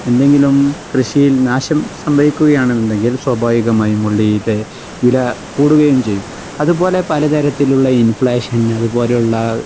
എന്തെങ്കിലും കൃഷിയിൽ നാശം സംഭവിക്കുകയാണെന്നുണ്ടെങ്കിൽ സ്വാഭാവികമായി ഉള്ളിയുടെ വില കൂടുകയും ചെയ്യും അതുപോലെ പലതരത്തിലുള്ള ഇൻഫ്ലേഷൻ അതുപോലെയുള്ള